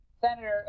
Senator